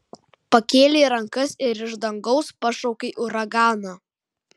pakėlei rankas ir iš dangaus pašaukei uraganą